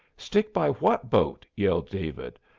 stick by what boat? yelled david.